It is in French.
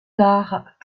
tard